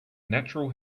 natural